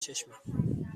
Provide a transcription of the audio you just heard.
چشمم